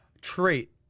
trait